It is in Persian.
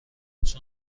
چون